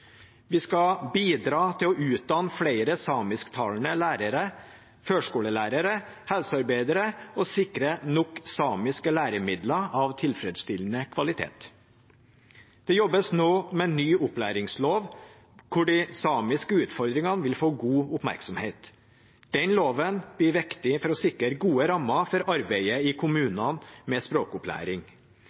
Vi skal bidra til å utdanne flere samisktalende lærere, førskolelærere og helsearbeidere og sikre nok samiske læremidler av tilfredsstillende kvalitet. Det jobbes nå med ny opplæringslov, hvor de samiske utfordringene vil få god oppmerksomhet. Den loven blir viktig for å sikre gode rammer for arbeidet i kommunene med språkopplæring.